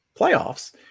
playoffs